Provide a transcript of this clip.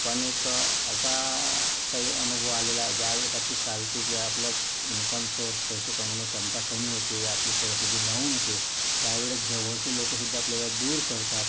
पण एक असा काही अनुभव आलेला आहे ज्या वेळेस आपली चालती की आपला इन्कम सोर्स पैसे कमावण्याची क्षमता कमी होते या आपली परिस्थिती डाऊन होते त्या वेळेस जवळचे लोकसुद्धा आपल्याला दूर करतात